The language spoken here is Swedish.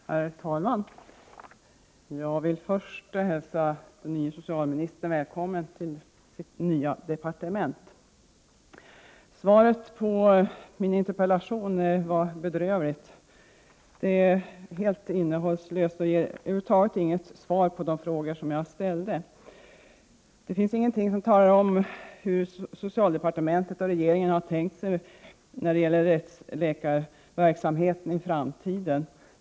Herr talman! Jag vill först hälsa den nye socialministern välkommen till sitt nya departement. Svaret på min interpellation är bedrövligt. Det är helt innehållslöst och ger över huvud taget inget svar på de frågor som jag ställde. Det sägs ingenting om hur socialdepartementet och regeringen har tänkt sig rättsläkarverksamheten i framtiden.